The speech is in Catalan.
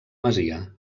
masia